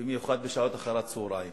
במיוחד בשעות אחרי הצהריים.